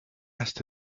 asked